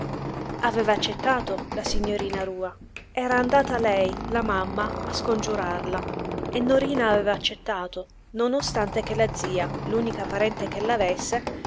aveva accettato la signorina rua era andata lei la mamma a scongiurarla e norina aveva accettato non ostante che la zia l'unica parente ch'ella